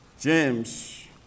James